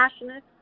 Passionate